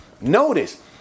notice